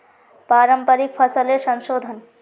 पारंपरिक फसलेर संशोधन